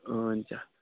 हुन्छ